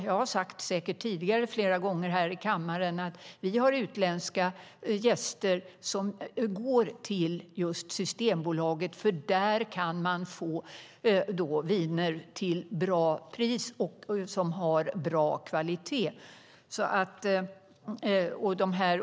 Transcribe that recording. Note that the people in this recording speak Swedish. Jag har säkert sagt flera gånger tidigare här i kammaren att vi har utländska gäster som går till Systembolaget, för där kan man få viner till bra pris som är av bra kvalitet.